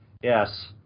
Yes